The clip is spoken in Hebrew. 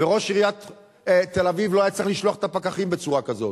וראש עיריית תל-אביב לא היה צריך לשלוח את הפקחים בצורה כזו.